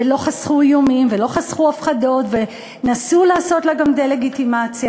ולא חסכו איומים ולא חסכו הפחדות וניסו לעשות לה גם דה-לגיטימציה.